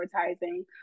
advertising